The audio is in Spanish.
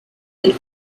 del